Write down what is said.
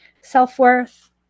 Self-worth